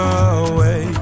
away